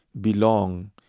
belong